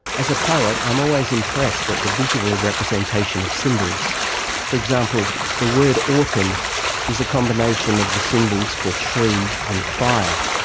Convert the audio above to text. as a poet i'm always impressed at the visual representation of symbols for example the word for autumn is a combination of the symbols for tree and fire.